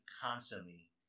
constantly